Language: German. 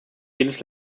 jedes